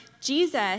Jesus